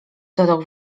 dodał